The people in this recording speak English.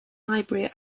library